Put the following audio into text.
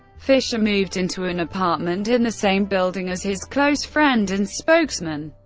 fischer moved into an apartment in the same building as his close friend and spokesman,